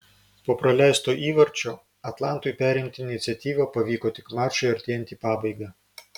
po praleisto įvarčio atlantui perimti iniciatyvą pavyko tik mačui artėjant į pabaigą